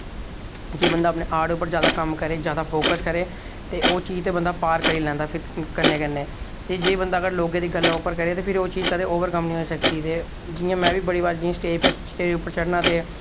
कि बंदा अपने आर्ट पर कम्म करै जैदा फोक्स करै ते ओह् चीज बंदा पार करी लैंदा कन्नै कन्नै ते जेकर बंदा लोकें दी गल्ल पर करै ते ओह् चीज कदें ओवरकम निं होई सकदी जि'यां में बी बड़े बारी स्टेज पर चढ़ना ते